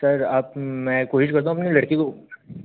sir आप मैं कोशिश करता हूँ अपने लड़के को